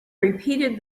repeated